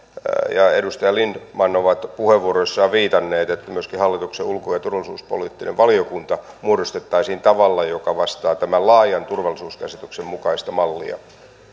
ja edustaja lindtman ovat täällä puheenvuoroissaan viitanneet että myöskin hallituksen ulko ja turvallisuuspoliittinen valiokunta muodostettaisiin tavalla joka vastaa tämän laajan turvallisuuskäsityksen mukaista mallia